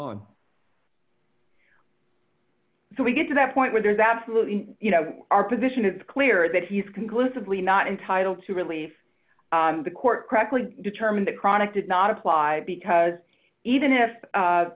on so we get to that point where there's absolutely you know our position is clear that he's conclusively not entitled to relief the court correctly determined the chronic did not apply because even if